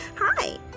Hi